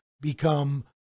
become